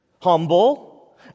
Humble